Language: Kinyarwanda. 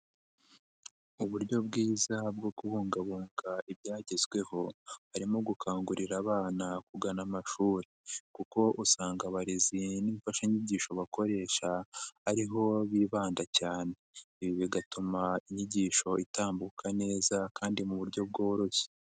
Uburyo bwiza bwo kubungabunga ibyagezweho harimo gukangurira abana kugana amashuri kuko usanga abarezi n'imfashanyigisho bakoresha ari ho bibanda cyane, ibi bigatuma inyigisho itambuka neza kandi mu buryo bworoshye.